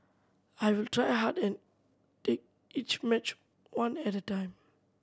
I will try hard and take each match one at a time